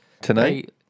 Tonight